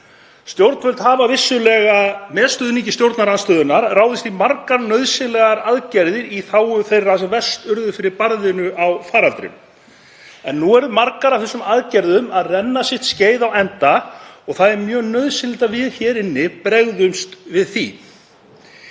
Stjórnvöld hafa vissulega með stuðningi stjórnarandstöðunnar ráðist í margar nauðsynlegar aðgerðir í þágu þeirra sem verst urðu fyrir barðinu á faraldrinum, en nú eru margar af þessum aðgerðum að renna sitt skeið á enda og það er mjög nauðsynlegt að við hér inni bregðumst við því.